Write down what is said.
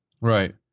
Right